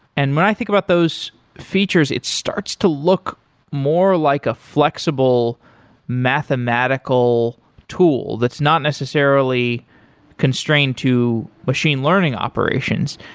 and when i think about those features, it starts to look more like a flexible mathematical tool that's not necessarily constrained to machine learning operations.